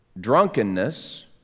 drunkenness